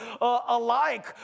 alike